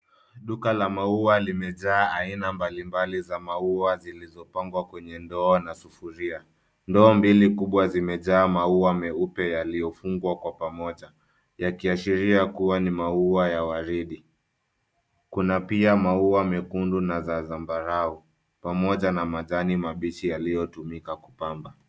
Duka la maua limejaa aina mbalimbali za maua zilizopangwa kwenye ndoo na sufuria. Ndoo mbili kubwa zimejaa maua meupe yaliyofungwa kwa pamoja yakiashiria kuwa ni maua ya waridi. Kuna pia maua mekundu na za zambarau pamoja na majani mabichi yaliyotumika kupamba.